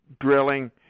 drilling